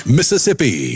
Mississippi